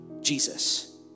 Jesus